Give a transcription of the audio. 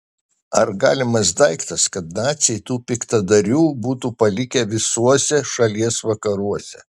ar galimas daiktas kad naciai tų piktadarių būtų palikę visuose šalies vakaruose